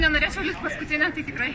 nenorėčiau likt paskutinė tai tikrai